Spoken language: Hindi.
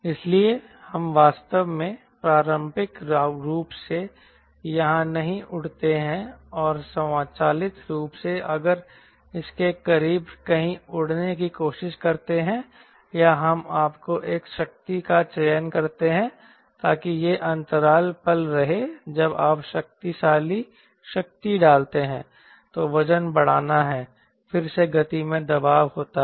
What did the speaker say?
इसलिए हम वास्तव में पारंपरिक रूप से यहां नहीं उड़ते हैं और स्वचालित रूप से अगर इसके करीब कहीं उड़ने की कोशिश करते हैं या हम आपको एक शक्ति का चयन करते हैं ताकि यह अंतराल पल रहे जब आप शक्तिशाली शक्ति डालते हैं तो वजन बढ़ता है फिर से गति में बदलाव होता है